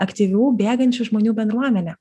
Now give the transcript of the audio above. aktyvių bėgančių žmonių bendruomenę